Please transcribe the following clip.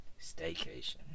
staycation